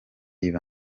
banjye